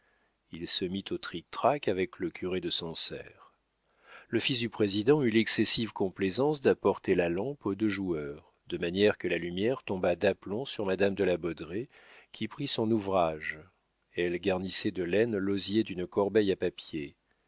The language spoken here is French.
il se mit au trictrac avec le curé de sancerre le fils du président eut l'excessive complaisance d'apporter la lampe aux deux joueurs de manière que la lumière tombât d'aplomb sur madame de la baudraye qui prit son ouvrage elle garnissait de laine l'osier d'une corbeille à papier